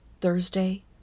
Thursday